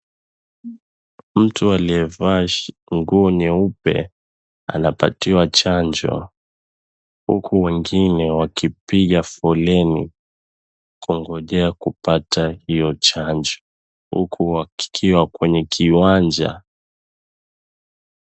Mtu aliyevaa nguo nyeupe anapatiwa chanjo, huku wengine wakipiga foleni kungojea kupata hiyo chanjo, huku wakiwa kwenye kiwanja.